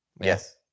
Yes